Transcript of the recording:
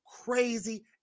crazy